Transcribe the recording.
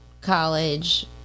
college